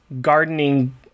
gardening